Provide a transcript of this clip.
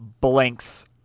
blanks